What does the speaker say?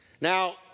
Now